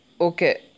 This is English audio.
Okay